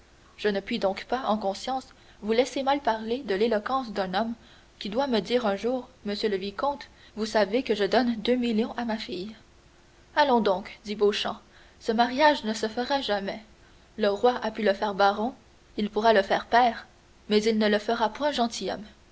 je ne puis donc pas en conscience vous laisser mal parler de l'éloquence d'un homme qui doit me dire un jour monsieur le vicomte vous savez que je donne deux millions à ma fille allons donc dit beauchamp ce mariage ne se fera jamais le roi a pu le faire baron il pourra le faire pair mais il ne le fera point